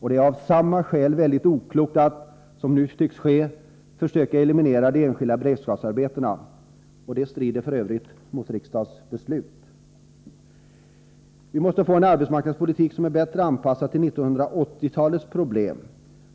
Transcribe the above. Det är av samma skäl mycket oklokt att — som nu tycks ske — försöka eliminera de enskilda beredskapsarbetena. Det strider f. ö. mot riksdagens beslut. Vi måste få en arbetsmarknadspolitik som är bättre anpassad än den nuvarande till 1980-talets problem.